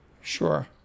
Sure